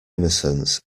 innocence